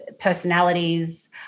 personalities